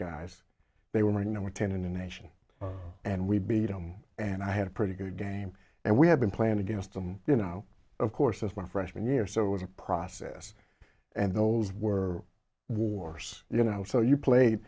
guys they were you know we're ten in the nation and we beat on and i had a pretty good game and we had been playing against them you know of course of my freshman year so it was a process and those were wars you know so you play